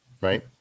Right